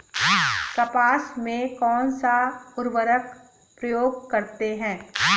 कपास में कौनसा उर्वरक प्रयोग करते हैं?